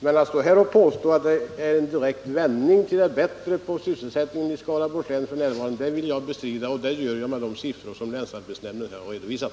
När Rolf Wirtén påstår att det är en vändning till det bättre när det gäller sysselsättningen i Skaraborgs län, då måste jag bestrida det, och det gör jag med de siffror som länsarbetsnämnden har redovisat.